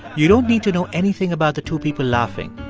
you don't need to know anything about the two people laughing.